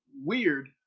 weird